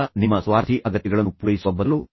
ಕೇವಲ ನಿಮ್ಮ ಸ್ವಾರ್ಥಿ ಅಗತ್ಯಗಳನ್ನು ಪೂರೈಸುವ ಬದಲು